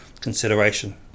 consideration